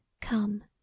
Come